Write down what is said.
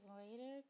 later